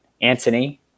Anthony